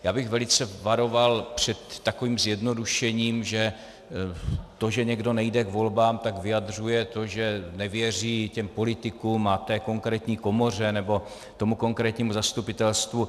Já bych velice varoval před takovým zjednodušením, že to, že někdo nejde k volbám, vyjadřuje to, že nevěří těm politikům a té konkrétní komoře nebo tomu konkrétnímu zastupitelstvu.